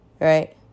right